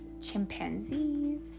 chimpanzees